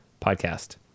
podcast